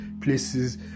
places